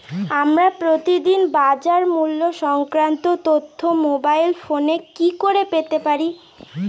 আমরা প্রতিদিন বাজার মূল্য সংক্রান্ত তথ্য মোবাইল ফোনে কি করে পেতে পারি?